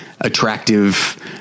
attractive